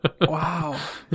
wow